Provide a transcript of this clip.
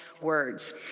words